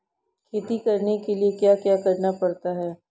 खेती करने के लिए क्या क्या करना पड़ता है?